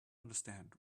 understand